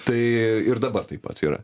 tai ir dabar taip pat yra